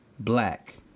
Black